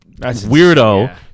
weirdo